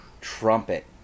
Trumpet